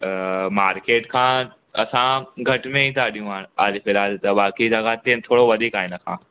market खां असां घटि में ई त ॾियूं हालु फ़िलहालु त बाक़ी जॻह ते थोरो वधीक आहे इनखां